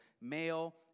Male